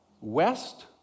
west